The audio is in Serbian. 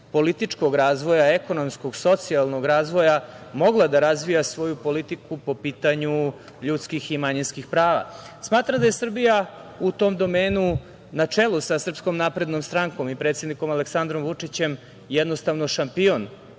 političkog razvoja, ekonomskog, socijalnog, mogla da razvija svoju politiku po pitanju ljudskih i manjinskih prava. Smatram da je Srbija u tom domenu, na čelu sa SNS i predsednikom Aleksandrom Vučićem jednostavno šampion,